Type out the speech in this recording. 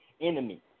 enemy